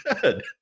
good